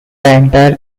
entire